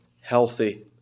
healthy